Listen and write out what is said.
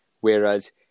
whereas